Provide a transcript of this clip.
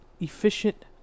efficient